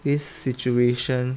this situation